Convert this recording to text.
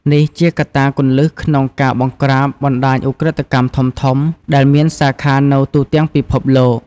នេះជាកត្តាគន្លឹះក្នុងការបង្ក្រាបបណ្តាញឧក្រិដ្ឋកម្មធំៗ ដែលមានសាខានៅទូទាំងពិភពលោក។